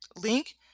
link